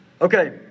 Okay